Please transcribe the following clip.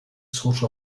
source